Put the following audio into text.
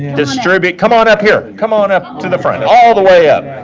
distribute come on up here. come on up to the front, all the way up.